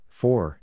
four